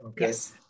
Yes